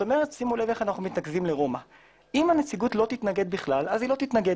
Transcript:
כלומר אם הנציגות לא תתנגד בכלל היא לא תתנגד.